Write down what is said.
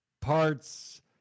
parts